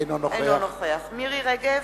אינו נוכח מירי רגב,